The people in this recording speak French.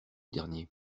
dernier